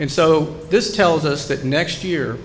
and so this tells us that next year